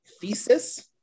thesis